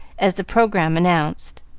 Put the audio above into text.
as the programme announced.